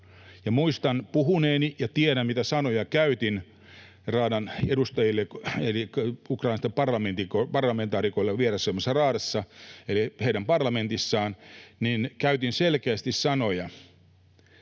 Muistan puhuneeni — ja tiedän, mitä sanoja käytin radan edustajille eli ukrainalaisille parlamentaarikoille vieraillessani radassa eli heidän parlamentissaan — ja käyttäneeni selkeästi seuraavia